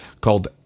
called